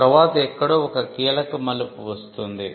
తర్వాత ఎక్కడో ఒక కీలక మలుపు వస్తుంది